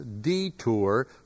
detour